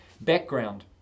background